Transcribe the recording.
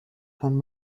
kann